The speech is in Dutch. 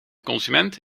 consument